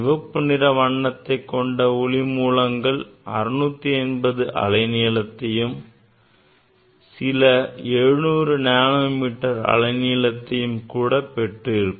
சிவப்பு நிற வண்ணத்தைக் கொண்ட ஒளி மூலங்கள் 680 அலை நீளத்தையும் சில 700 நானோ மீட்டர் அலை நீளத்தையும் பெற்றிருக்கும்